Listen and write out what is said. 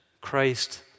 Christ